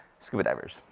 scuba divers.